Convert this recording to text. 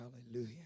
Hallelujah